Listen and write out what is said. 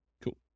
Cool